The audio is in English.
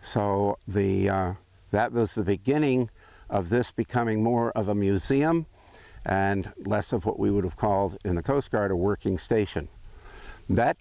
so the that those the beginning of this becoming more of a museum and less of what we would have called in the coast guard a working station that